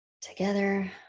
Together